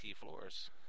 floors